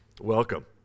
welcome